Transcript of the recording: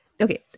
Okay